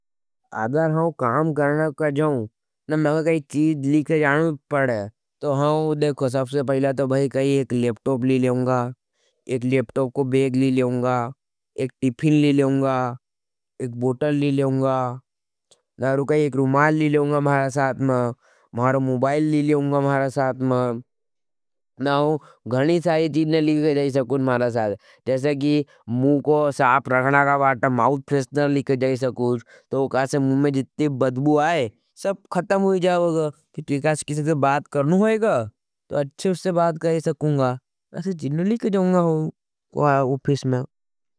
अगर हम काम करना कर जाओं न मेरे काई चीज लीकर जाने पड़े। तो हम देखो सबसे पहला तो भाई काई एक लेप्टोप ली लेंगा एक लेप्टोप को बेक ली लेंगा एक टिफिन ली लेंगा। एक बोटल ली लेंगा नारू का एक रुमाल ली लेंगा। मारे साथ में मारे मुबाईल ली लेंगा मारे साथ में नारू गणे सारे चीजने लीकर जाए। सकुछ मारे साथ जैसे की मुँ को साप रखना का बात माउट फ्रेस्टनर लीकर जाए सकुछ तो कासे मुँ में जितने बद्बु आये सब खतम हो जाएगा। तो कासे किसे के बात करने होईगा तो अच्छे उससे बात करें सकुछ आसे चीजने लीकर जाएगा हूँ को आया उफिस में।